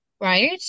right